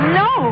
no